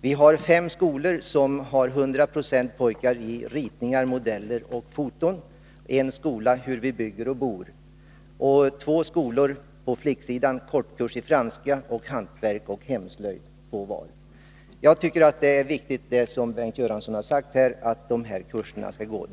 Vi har fem skolor som har 100 96 pojkar i Ritningar, modeller och foto, en skola i Hur vi bygger och bor. Vi har två skolor med 100 4 flickor i Kortkurs i franska samt Hantverk och hemslöjd. Jag tycker att det är viktigt som Bengt Göransson sagt att dessa kurser skall hållas.